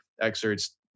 excerpts